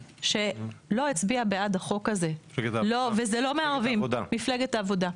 שלא הצביעה בעד החוק הזה ולא מהערבים מפלגת העבודה.